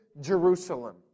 Jerusalem